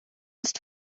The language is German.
ist